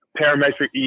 parametric